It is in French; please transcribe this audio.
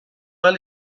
dans